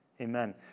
Amen